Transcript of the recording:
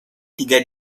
tiga